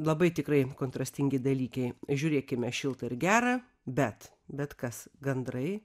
labai tikrai kontrastingi dalykai žiūrėkime šilta ir gera bet bet kas gandrai